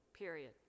period